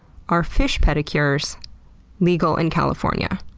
are fish pedicures legal in california?